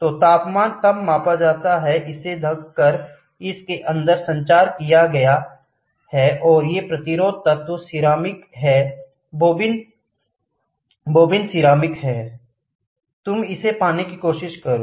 तो तापमान तब मापा जाता हैइसे धक्का कर इसके अंदर संचार किया गया है और ये प्रतिरोध तत्व सिरेमिक हैं बोबिन तुम इसे पाने की कोशिश करो